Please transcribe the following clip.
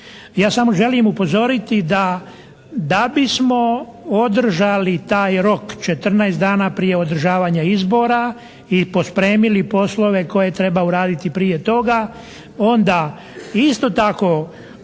Ja samo želim upozoriti da, da bismo održali taj rok 14 dana prije održavanja izbora i pospremili poslove koje treba uraditi prije toga. Onda isto tako